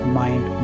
mind